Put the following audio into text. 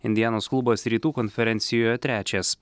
indianos klubas rytų konferencijoje trečias